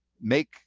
make